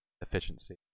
efficiency